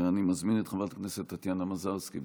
ואני מזמין את חברת הכנסת טטיאנה מזרסקי,